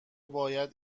باید